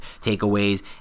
takeaways